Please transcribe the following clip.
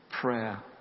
prayer